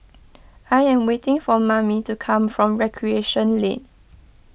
I am waiting for Mamie to come back from Recreation Lane